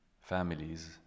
families